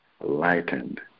lightened